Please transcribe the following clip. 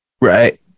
right